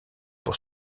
pour